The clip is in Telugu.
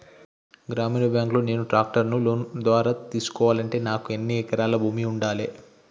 గ్రామీణ బ్యాంక్ లో నేను ట్రాక్టర్ను లోన్ ద్వారా తీసుకోవాలంటే నాకు ఎన్ని ఎకరాల భూమి ఉండాలే?